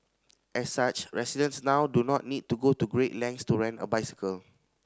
as such residents now do not need to go to great lengths to rent a bicycle